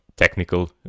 technical